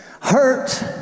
hurt